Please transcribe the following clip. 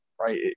right